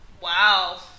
Wow